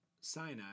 Sinai